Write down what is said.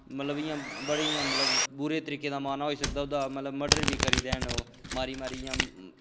मतलब इ'यां बड़े इ'यां बुरे तरीके दा मारदे होई सकदा मतलब ओह्दा मर्डर बी करी देन मारी मारी जां